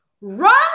Run